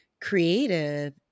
creative